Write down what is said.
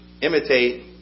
imitate